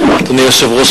אדוני היושב-ראש,